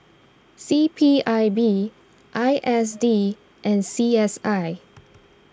C P I B I S D and C S I